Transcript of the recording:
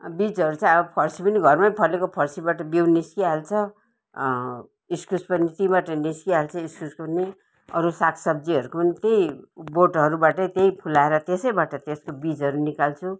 बिजहरू चाहिँ अब फर्सी पनि घरमै फलेको फर्सीबाट बिउ निस्किहाल्छ इस्कुस पनि त्यहीँबाट निस्किहाल्छ इस्कुस पनि अरू साग सब्जीहरूको पनि त्यही बोटहरूबाट त्यही फुलाएर त्यसैबाट त्यसको बिजहरू निकाल्छु